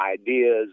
ideas